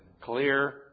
clear